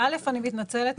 אני מתנצלת.